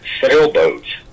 sailboats